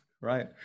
right